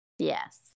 Yes